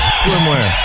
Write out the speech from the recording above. swimwear